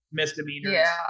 misdemeanors